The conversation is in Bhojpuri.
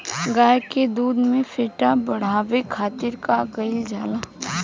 गाय के दूध में फैट बढ़ावे खातिर का कइल जाला?